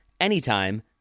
anytime